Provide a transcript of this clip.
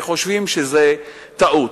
וחושבים שזו טעות.